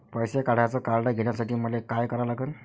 पैसा काढ्याचं कार्ड घेण्यासाठी मले काय करा लागन?